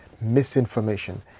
misinformation